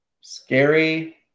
Scary